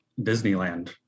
Disneyland